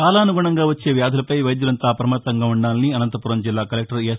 కాలానుగుణంగా వచ్చే వ్యాధులపై వైద్యులంతా అప్రమత్తంగా ఉండాలని అనంతపురం జిల్లా కలెక్టర్ ఎస్